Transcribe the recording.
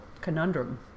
conundrum